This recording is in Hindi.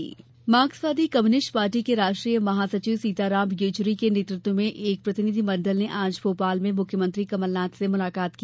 येचुरी प्रतिनिधि मंडल मार्क्सवादी कम्युनिष्ट पार्टी के राष्ट्रीय महासचिव सीताराम येचुरी के नेतृत्व में एक प्रतिनिधि मंडल ने आज भोपाल में मुख्यमंत्री कमलनाथ से मुलाकात की